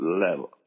level